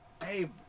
Hey